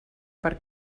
per